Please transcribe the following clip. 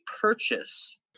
purchase